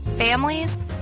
families